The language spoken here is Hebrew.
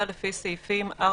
11,